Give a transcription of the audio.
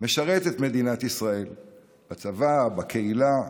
משרת את מדינת ישראל בצבא, בקהילה,